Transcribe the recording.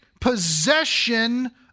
possession